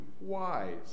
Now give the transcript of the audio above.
wise